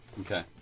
okay